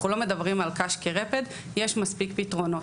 אנחנו לא מדברים על קש כרפד, יש מספיק פתרונות.